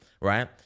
right